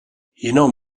jinou